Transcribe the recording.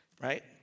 right